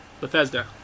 Bethesda